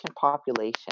population